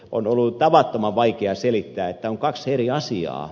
on ollut tavattoman vaikea selittää että on kaksi eri asiaa